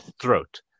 throat